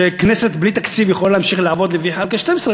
שכנסת בלי תקציב יכולה להמשיך לעבוד לפי 1 חלקי 12,